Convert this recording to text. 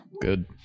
good